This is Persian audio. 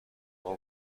هوا